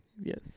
Yes